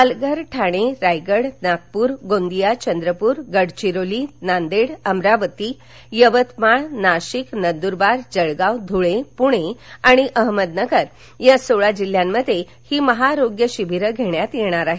पालघर ठाणे रायगड नागपूर गोंदिया चंद्रपूर गडचिरोली नांदेड अमरावती यवतमाळ नाशिक नंदुरबार जळगाव धुळे पुणे आणि अहमदनगर या सोळा जिल्ह्यांमध्ये ही महाआरोग्य शिबीर घेण्यात येणार आहेत